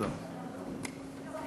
אדוני היושב-ראש,